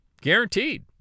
Guaranteed